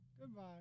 Goodbye